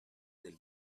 del